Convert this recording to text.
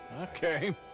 Okay